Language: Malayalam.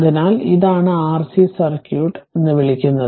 അതിനാൽ ഇതാണ് Rc സർക്യൂട്ട് എന്ന് വിളിക്കുന്നത്